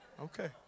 Okay